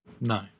no